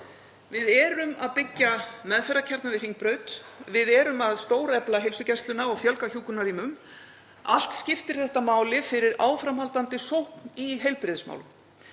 Við erum að byggja meðferðarkjarna við Hringbraut. Við erum að stórefla heilsugæsluna og fjölga hjúkrunarrýmum. Allt skiptir þetta máli fyrir áframhaldandi sókn í heilbrigðismálum.